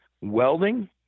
welding